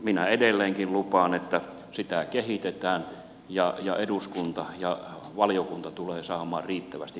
minä edelleenkin lupaan että sitä kehitetään ja eduskunta ja valiokunta tulevat saamaan riittävästi